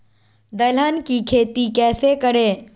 दलहन की खेती कैसे करें?